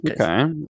Okay